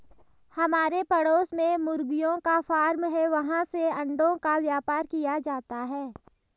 हमारे पड़ोस में मुर्गियों का फार्म है, वहाँ से अंडों का व्यापार किया जाता है